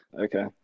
Okay